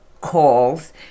calls